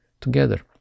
together